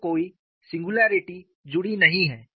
तो कोई सिंगुलरिटी जुड़ी नहीं है